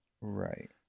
Right